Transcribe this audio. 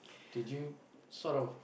did you sort of